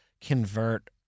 convert